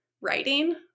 writing